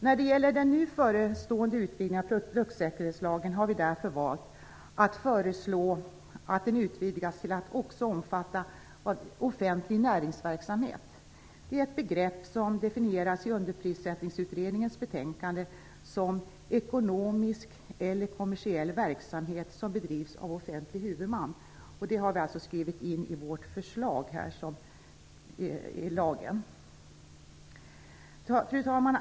När det gäller den nu förestående utvidgningen av produktsäkerhetslagen har vi därför valt att föreslå att den utvidgas till att också omfatta offentlig näringsverksamhet. Det är ett begrepp som definierats i Underprissättningsutredningens betänkande, som "ekonomisk eller kommersiell verksamhet som drivs av en offentlig huvudman". Det har vi alltså skrivit in i vårt förslag. Fru talman!